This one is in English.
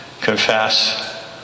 confess